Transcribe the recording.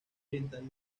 oriental